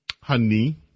honey